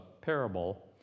parable